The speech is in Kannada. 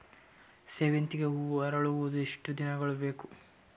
ಸೇವಂತಿಗೆ ಹೂವು ಅರಳುವುದು ಎಷ್ಟು ದಿನಗಳು ಬೇಕು?